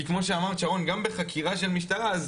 כי כמו שאמרת שרון, גם בחקירה של משטרה, אז